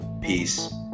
peace